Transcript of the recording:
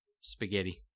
spaghetti